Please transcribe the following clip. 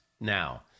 now